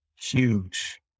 huge